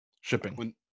shipping